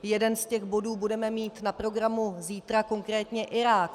Jeden z těch bodů budeme mít na programu zítra, konkrétně Irák.